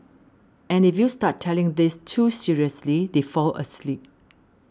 and if you start telling this too seriously they fall asleep